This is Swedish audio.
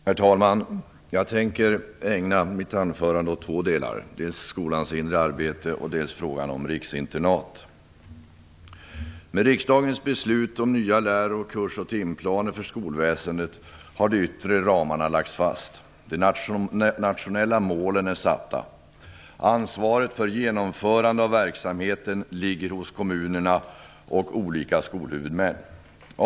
Herr talman! Jag tänker ägna mitt anförande åt två saker - dels skolans inre arbete, dels frågan om riksinternat. Med riksdagens beslut om nya lär-, kurs och timplaner för skolväsendet har de yttre ramarna lagts fast. De nationella målen har satts. Ansvaret för genomförande av verksamheten ligger hos kommunerna och olika skolhuvudmän.